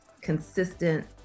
consistent